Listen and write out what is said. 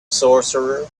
sorcerer